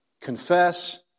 Confess